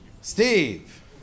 Steve